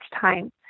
time